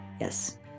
yes